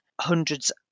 hundreds